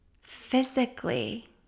physically